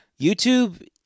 YouTube